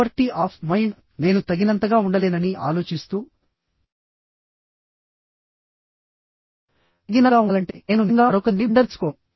poverty of mind నేను తగినంతగా ఉండలేనని ఆలోచిస్తూ తగినంతగా ఉండాలంటే నేను నిజంగా మరొకరి నుండి బ్లెండర్ తీసుకోవాలి